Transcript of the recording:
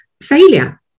failure